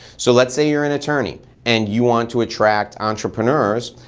so let's say you're an attorney and you want to attract entrepreneurs,